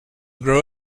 grow